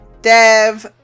Dev